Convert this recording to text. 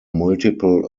multiple